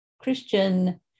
Christian